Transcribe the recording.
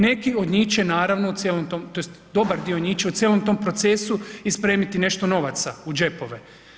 Neki od njih će naravno u cijelom tom tj. dobar dio njih će u cijelom tom procesu i spremiti nešto novaca u džepove.